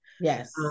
Yes